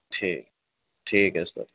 ٹھیک ٹھیک ہے سر